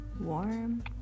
Warm